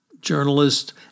journalist